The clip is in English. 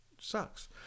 sucks